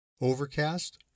Overcast